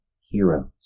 heroes